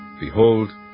Behold